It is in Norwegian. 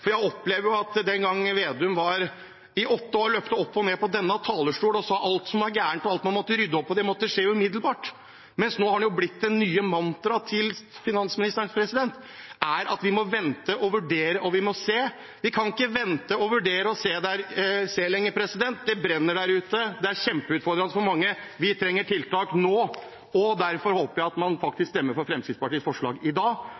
Jeg opplever at Vedum i åtte år løp opp på og ned fra denne talerstolen og snakket om alt som var galt og alt man måtte rydde opp i, og at det måtte skje umiddelbart, mens det nå har blitt det nye mantraet til finansministeren at vi må vente og vurdere og se. Vi kan ikke vente og vurdere og se lenger. Det brenner der ute. Det er kjempeutfordrende for mange. Vi trenger tiltak nå, og derfor håper jeg man faktisk stemmer for Fremskrittspartiets forslag i dag.